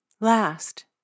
Last